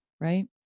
right